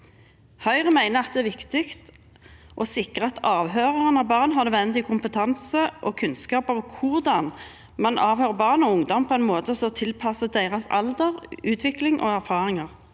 Høyre mener det er viktig å sikre at de som avhører barn, har nødvendig kompetanse og kunnskap om hvordan man avhører barn og ungdom på en måte som er tilpasset deres alder, utvikling og erfaringer.